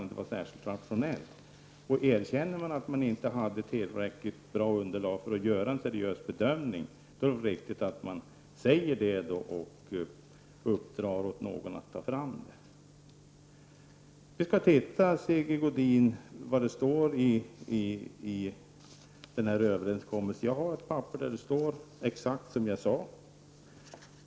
Om regeringen anser att den inte har tillräckligt underlag för att göra en seriös bedömning, är det riktigt att den säger det och uppdrar åt någon att ta fram det. Vi skall titta på vad som står i den här överenskommelsen, Sigge Godin. Jag har ett papper där det står exakt det som jag sade.